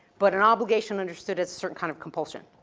but an obligation understood as a certain kind of compulsion.